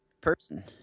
person